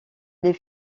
les